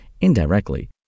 indirectly